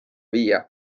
viia